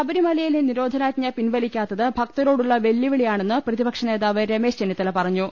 ശബരിമലയിലെ നിരോധനാജ്ഞ പിൻവലിക്കാത്തത് ഭക്തരോ ടുള്ള വെല്ലുവിളിയാണെന്ന് പ്രതിപക്ഷ നേതാവ് രമേശ് ചെന്നി ത്തല പറഞ്ഞു